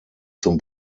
zum